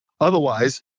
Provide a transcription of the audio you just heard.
Otherwise